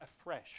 afresh